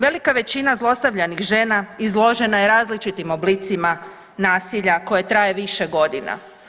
Velika većina zlostavljanih žena izložena je različitim oblicima nasilja koje traje više godina.